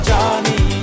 Johnny